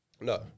No